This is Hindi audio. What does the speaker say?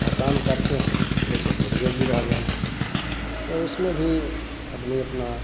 भसान करते हैं जैसे दुर्गा जी रह गई हैं और उसमें भी आदमी अपना